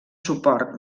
suport